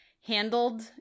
handled